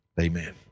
Amen